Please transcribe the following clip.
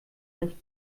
nicht